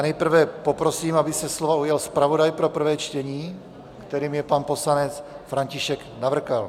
Nejprve poprosím, aby se slova ujal zpravodaj pro prvé čtení, kterým je pan poslanec František Navrkal.